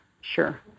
sure